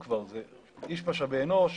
איש משאבי אנוש,